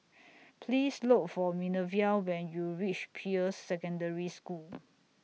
Please Look For Minervia when YOU REACH Peirce Secondary School